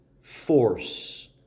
force